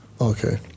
Okay